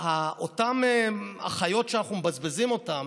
אותן אחיות שאנחנו מבזבזים אותן,